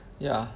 ya